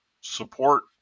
support